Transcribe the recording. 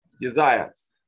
desires